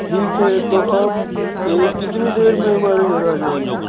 ٹھیک ہے تو آپ کتنی دیر میں ہمارے گھر آ جائیں گے